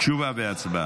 תשובה והצבעה.